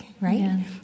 right